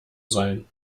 sein